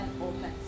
open